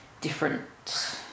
different